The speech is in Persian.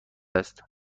است